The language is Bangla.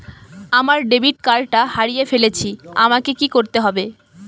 আমার ডেবিট কার্ডটা হারিয়ে ফেলেছি আমাকে কি করতে হবে?